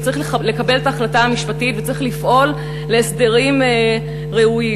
וצריך לקבל את ההחלטה המשפטית וצריך לפעול להסדרים ראויים.